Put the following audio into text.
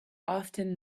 often